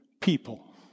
people